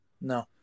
No